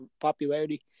popularity